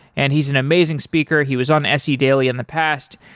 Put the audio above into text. and he's an amazing speaker. he was on se daily in the past.